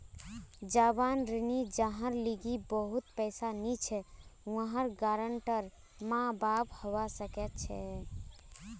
जवान ऋणी जहार लीगी बहुत पैसा नी छे वहार गारंटर माँ बाप हवा सक छे